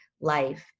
life